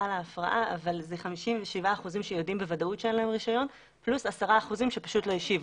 זה 57% שיודעים בוודאות שאין להם רישיון פלוס 10% שפשוט לא השיבו.